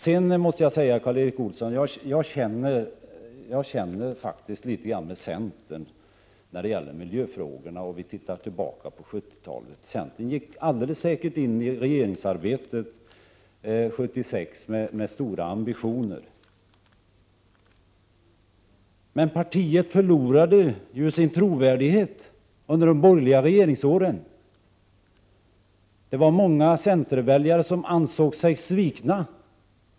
Sedan vill jag säga till Karl Erik Olsson att jag faktiskt känner litet grand med centern när det gäller miljöfrågorna, om vi ser tillbaka till 1970-talet. Centern gick alldeles säkert in i regeringsarbetet 1976 med stora ambitioner. Men partiet förlorade ju sin trovärdighet under de borgerliga regeringsåren. Det var många centerväljare som ansåg sig svikna.